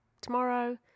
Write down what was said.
tomorrow